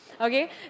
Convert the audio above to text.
okay